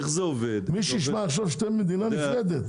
מי שישמע יחשוב שאתם מדינה נפרדת.